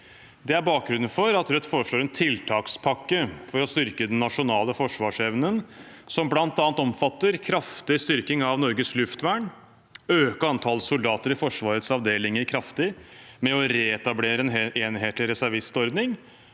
Det er bakgrunnen for at Rødt foreslår en tiltakspakke for å styrke den nasjonale forsvarsevnen, som bl.a. omfatter kraftig styrking av Norges luftvern, å øke antallet soldater i Forsvarets avdelinger kraftig ved å reetablere en enhetlig reservistordning